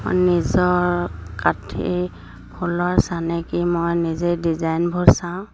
নিজৰ কাঠি ফুলৰ চানেকি মই নিজে ডিজাইনবোৰ চাওঁ